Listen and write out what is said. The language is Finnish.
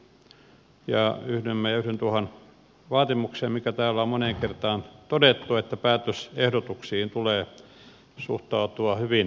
yhdymme ja yhdyn tuohon vaatimukseen mikä täällä on moneen kertaan todettu että päätösehdotuksiin tulee suhtautua hyvin vakavasti